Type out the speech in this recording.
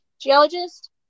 geologist